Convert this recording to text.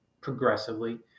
progressively